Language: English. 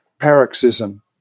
paroxysm